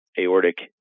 aortic